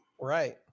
Right